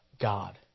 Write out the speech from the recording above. God